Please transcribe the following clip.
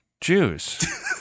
Jews